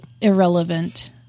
irrelevant